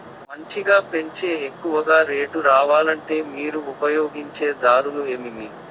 మంచిగా పెంచే ఎక్కువగా రేటు రావాలంటే మీరు ఉపయోగించే దారులు ఎమిమీ?